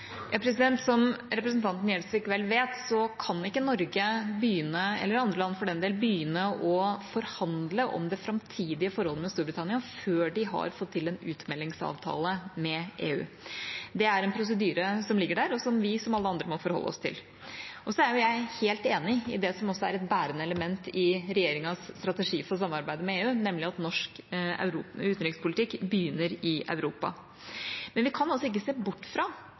Som representanten Gjelsvik vel vet, kan ikke Norge, eller andre land for den del, begynne å forhandle om det framtidige forholdet med Storbritannia før de har fått til en utmeldingsavtale med EU. Det er en prosedyre som ligger der, og som vi, som alle andre, må forholde oss til. Så er jeg helt enig i det som også er et bærende element i regjeringas strategi for samarbeidet med EU, nemlig at norsk utenrikspolitikk begynner i Europa. Men vi kan altså ikke se bort fra